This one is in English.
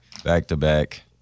Back-to-back